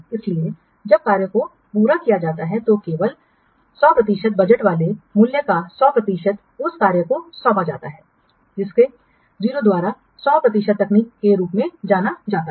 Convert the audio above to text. इसलिए जब कार्यों को पूरा किया जाता है तो केवल 100 प्रतिशत बजट वाले मूल्य का 100 प्रतिशत उस कार्य को सौंपा जाता है जिसे 0 द्वारा 100 तकनीक के रूप में जाना जाता है